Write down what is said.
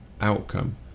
outcome